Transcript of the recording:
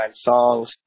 songs